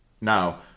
Now